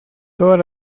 todas